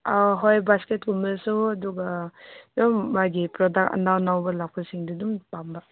ꯑꯥ ꯍꯣꯏ ꯕꯥꯁꯀꯦꯠꯒꯨꯝꯕꯁꯨ ꯑꯗꯨꯒ ꯑꯗꯨꯝ ꯃꯥꯒꯤ ꯄ꯭ꯔꯗꯛ ꯑꯅꯧ ꯑꯅꯧꯕ ꯂꯥꯛꯄꯁꯤꯡꯗꯨ ꯑꯗꯨꯝ ꯄꯥꯝꯕ